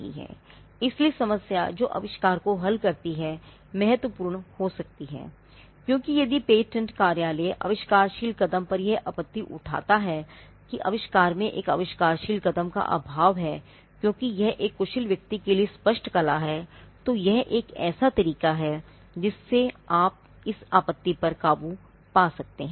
इसलिए समस्या जो आविष्कार को हल करती है महत्वपूर्ण हो सकती है क्योंकि यदि पेटेंट कार्यालय आविष्कारशील कदम पर यह आपत्ति उठता है कि आविष्कार में एक आविष्कारशील कदम का अभाव है क्योंकि यह एक कुशल व्यक्ति के लिए स्पष्ट कला हैतो यह एक ऐसा तरीका है जिससे आप एक इस आपत्ति पर काबू पा सकते हैं